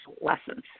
lessons